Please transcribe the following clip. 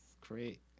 Great